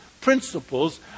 principles